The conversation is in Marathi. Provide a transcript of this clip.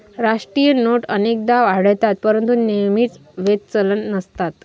राष्ट्रीय नोट अनेकदा आढळतात परंतु नेहमीच वैध चलन नसतात